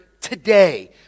today